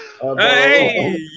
Hey